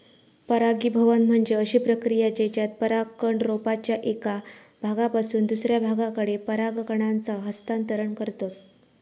परागीभवन म्हणजे अशी प्रक्रिया जेच्यात परागकण रोपाच्या एका भागापासून दुसऱ्या भागाकडे पराग कणांचा हस्तांतरण करतत